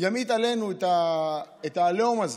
מעלינו את העליהום הזה.